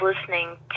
listening